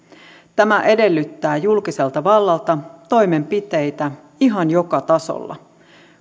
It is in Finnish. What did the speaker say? tämä edellyttää julkiselta vallalta toimenpiteitä ihan joka tasolla